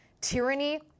tyranny